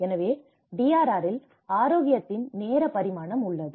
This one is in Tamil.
எனவே DRRல் ஆரோக்கியத்தின் நேர பரிமாணம் உள்ளது